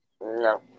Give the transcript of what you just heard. No